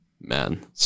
Man